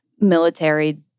military